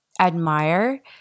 admire